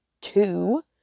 two